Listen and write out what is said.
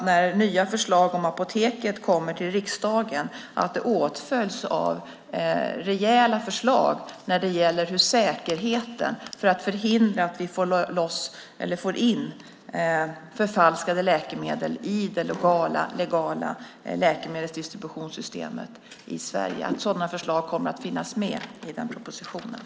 När nya förslag om Apoteket kommer till riksdagen hoppas jag att de åtföljs av rejäla förslag när det gäller hur säkerheten för att förhindra att vi får in förfalskade läkemedel i det legala läkemedelsdistributionssystemet i Sverige. Jag hoppas att sådana förslag kommer att finnas med i den propositionen.